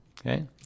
Okay